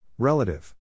Relative